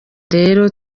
rero